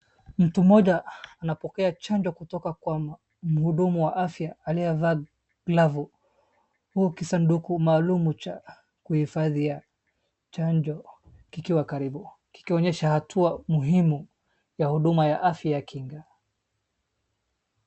Mtu mmoja anapokea chanjo kutoka kwa Mhudumu wa afya aleyevaa glavu huku kisanduku maalum cha kuhifadhia chanjo kikiwa karibu, kikionyesha hatua muhimu ya huduma ya afya ya kinga.